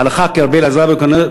הלכה כרבי אליעזר בן הורקנוס,